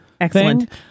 Excellent